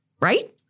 right